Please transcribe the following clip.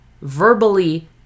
verbally